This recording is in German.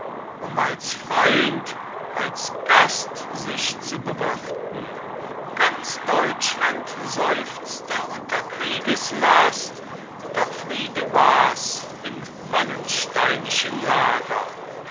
um als freund als gast sich zu bewirten ganz deutschland seufzte unter kriegeslast doch friede wars im wallensteinischen lager